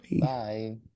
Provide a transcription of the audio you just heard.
bye